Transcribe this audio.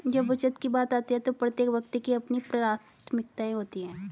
जब बचत की बात आती है तो प्रत्येक व्यक्ति की अपनी प्राथमिकताएं होती हैं